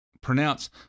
pronounce